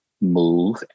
move